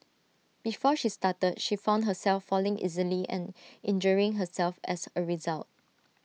before she started she found herself falling easily and injuring herself as A result